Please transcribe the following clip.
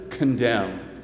condemn